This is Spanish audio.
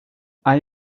hay